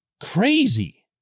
crazy